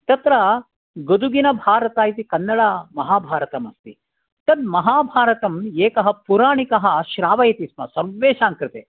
तत्र गोदुगिन भारत इति कन्नडमहाभारतम् अस्ति तत् महाभारतं एकः पुराणिकः श्रावयति स्म सर्वेषां कृते